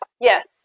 Yes